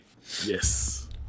yes